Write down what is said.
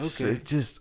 Okay